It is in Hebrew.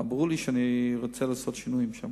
אבל ברור לי שאני ארצה לעשות שינויים שם.